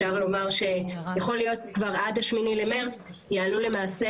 יכול להיות כבר עד ה-8 למרץ יעלו למעשה